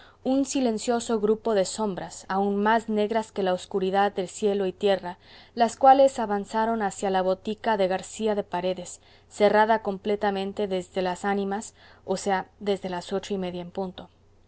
un silencioso grupo de sombras aun más negras que la obscuridad de cielo y tierra las cuales avanzaron hacia la botica de garcía de paredes cerrada completamente desde las ánimas o sea desde las ocho y media en punto